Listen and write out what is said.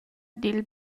dil